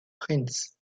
prince